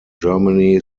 germany